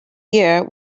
year